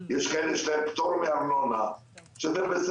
יש כאלה שיש להם פטור מארנונה,